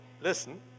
listen